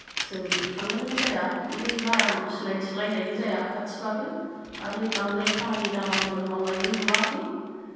जों थांनायबो जाया आमफ्राय बारा सिनायथि लायनायबो खाथिबाबो आरो बांद्राय खामानि दामानिबो मावनायबो नुवाखै